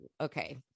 okay